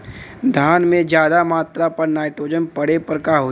धान में ज्यादा मात्रा पर नाइट्रोजन पड़े पर का होई?